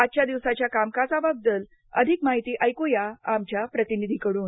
आजच्या दिवसाच्या कामकाजाबाबत अधिक माहिती ऐकुया आमच्या प्रतिनिधीकडून